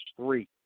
three